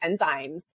enzymes